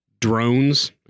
Drones